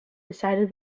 decided